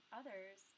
others